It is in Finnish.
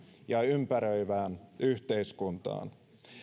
ja ympäröivään yhteiskuntaan